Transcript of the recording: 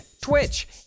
Twitch